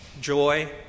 Joy